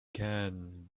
can